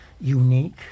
Unique